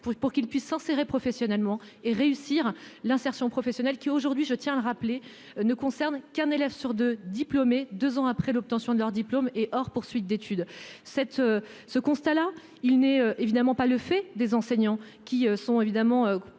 pour qu'ils puissent s'insérer professionnellement et réussir l'insertion professionnelle qui aujourd'hui, je tiens à le rappeler, ne concerne qu'un élève sur 2 diplômé, 2 ans après l'obtention de leur diplôme et or poursuite d'études cette ce constat-là, il n'est évidemment pas le fait des enseignants qui sont évidemment